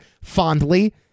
fondly